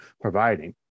providing